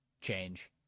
change